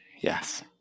yes